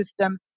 system